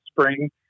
spring